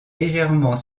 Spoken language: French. légèrement